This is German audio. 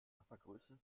körpergröße